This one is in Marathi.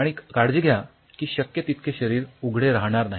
आणि काळजी घ्या की शक्य तितके शरीर उघडे राहणार नाही